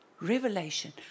Revelation